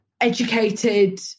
educated